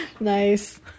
Nice